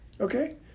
Okay